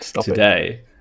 today